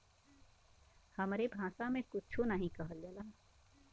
हमरे भासा मे कुच्छो नाहीं कहल जाला